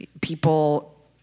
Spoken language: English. people